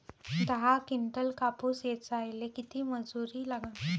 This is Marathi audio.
दहा किंटल कापूस ऐचायले किती मजूरी लागन?